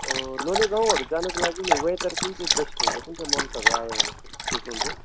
लोलेगाउँहरू जानुको लागि नि वेदर कुन चाहिँ बेस्ट हुन्छ कुन चाहिँ मन्थहरू आयो भने ठिक हुन्छ